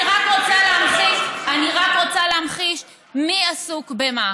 אני רק רוצה להמחיש מי עסוק במה.